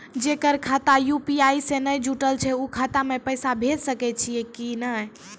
जेकर खाता यु.पी.आई से नैय जुटल छै उ खाता मे पैसा भेज सकै छियै कि नै?